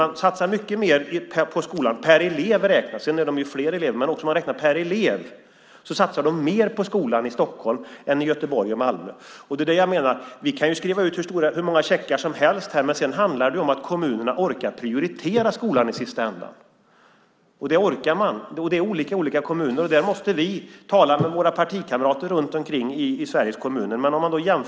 Man satsar mycket mer på skolan per elev räknat i Stockholm än i Göteborg och Malmö. Det är det jag menar: Vi kan skriva ut hur många checkar som helst, men sedan handlar det om att kommunerna ska orka prioritera skolan i sista ändan. Det är olika i olika kommuner, och där måste vi tala med våra partikamrater runt omkring i Sveriges kommuner.